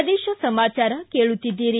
ಪ್ರದೇಶ ಸಮಾಚಾರ ಕೇಳುತ್ತೀದ್ದಿರಿ